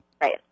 Right